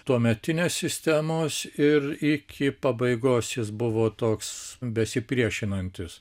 tuometinės sistemos ir iki pabaigos jis buvo toks besipriešinantis